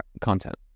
content